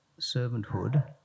servanthood